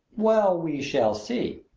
well, we shall see!